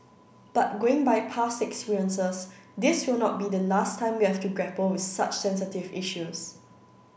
but going by past experiences this will not be the last time we have to grapple with such sensitive issues